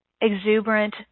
exuberant